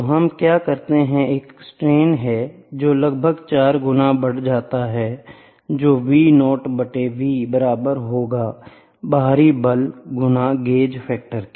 तो हम क्या करते हैं एक स्ट्रेन है जो लगभग 4 गुना बढ़ जाता है जो Vo बटे V बराबर होगा बाहरी बल गुना गेज फैक्टर